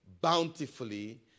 bountifully